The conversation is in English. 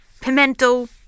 pimento